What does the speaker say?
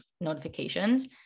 notifications